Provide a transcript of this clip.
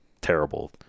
terrible